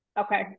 Okay